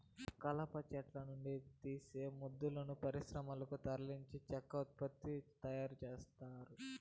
కలప చెట్ల నుండి తీసిన మొద్దులను పరిశ్రమలకు తరలించి చెక్క ఉత్పత్తులను తయారు చేత్తారు